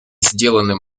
сделанным